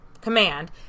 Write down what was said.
command